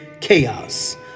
chaos